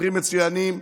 שוטרים מצוינים,